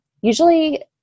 usually